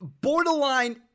borderline